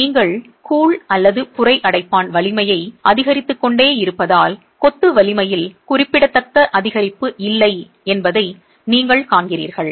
நீங்கள் கூழ் புரை அடைப்பான் வலிமையை அதிகரித்துக் கொண்டே இருப்பதால் கொத்து வலிமையில் குறிப்பிடத்தக்க அதிகரிப்பு இல்லை என்பதை நீங்கள் காண்கிறீர்கள்